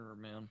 man